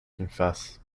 confess